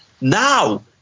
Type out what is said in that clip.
now